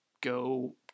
go